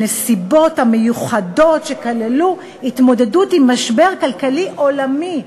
הנסיבות המיוחדות שכללו התמודדות עם משבר כלכלי עולמי.